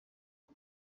ari